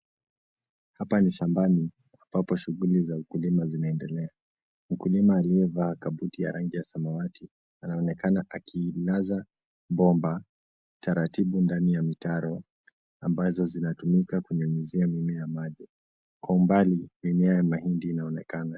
Hapa ni shambani ambapo shughuli za ukulima zinaendelea. Mkulima aliyevaa kabuti ya rangi ya samawati anaonekana akiilaza bomba utaratibu ndani ya mitaro ambazo zinatumika kunyunyizia mimea maji. Kwa umbali mimea ya mahindi inaonekana.